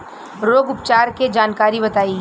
रोग उपचार के जानकारी बताई?